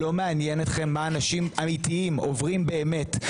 לא מעניין אתכם מה אנשים אמיתיים עוברים באמת.